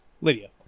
lydia